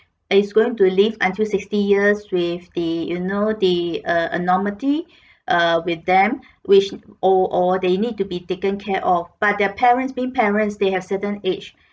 is going to live until sixty years with the you know the uh abnormality err with them which or or they need to be taken care of but their parents being parents they have certain age